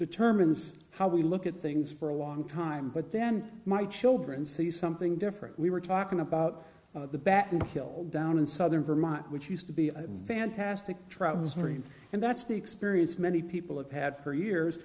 determines how we look at things for a long time but then my children see something different we were talking about the battle hill down in southern vermont which used to be a fantastic trousering and that's the experience many people have had for years